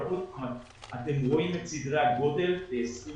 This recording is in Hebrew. אתם רואים את סדרי הגודל ב-2020,